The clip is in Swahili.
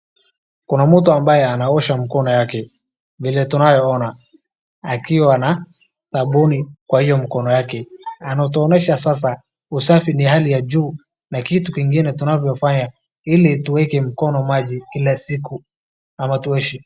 Kuna mtu ambaye anaosha mkono yake vile tunayo ona akiwa na sabuni kwa hiyo mkono yake. Anatuonyesha sasa usafi ni ya hali ya juu na kitu kingine tunavyofanya ili tuweke mkono maji kila siku ama tuoshe.